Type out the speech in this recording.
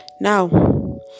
Now